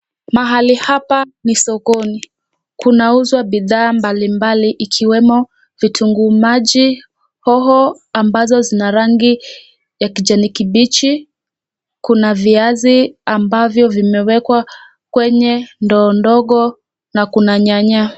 Mahali hapa ni sokoni. Kunauzwa vifaa mbalimbali ikiwemo vitunguu maji, hoho ambazo zina rangi ya kijani kibichi. Kuna viazi ambavyo vimewekwa kwenye ndoo ndogo na kuna nyanya.